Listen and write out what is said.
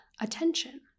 attention